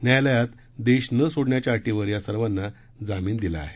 न्यायालयात देश न सोडण्याच्या अटीवर या सर्वांना जामीन दिला आहे